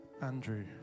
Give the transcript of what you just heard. Andrew